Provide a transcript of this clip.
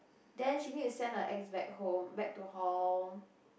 then she need to send her ex back home back to hall